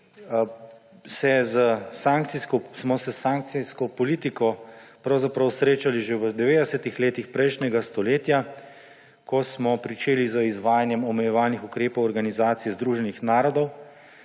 smo se s sankcijsko politiko pravzaprav srečali že v 90. letih prejšnjega stoletja, ko smo pričeli z izvajanjem omejevalnih ukrepov Organizacije združenih narodov,